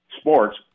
sports